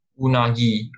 Unagi